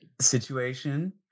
situation